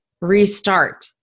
restart